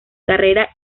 carrera